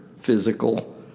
physical